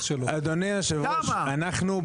אדוני יושב הראש,